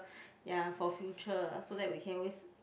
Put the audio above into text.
ya for future so that we can always